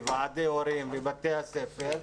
ועדי הורים ובתי הספר,